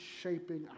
shaping